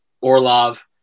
Orlov